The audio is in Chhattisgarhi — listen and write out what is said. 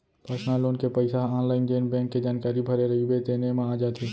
पर्सनल लोन के पइसा ह आनलाइन जेन बेंक के जानकारी भरे रइबे तेने म आ जाथे